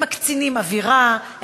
הן מקצינות אווירה,